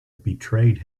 betrayed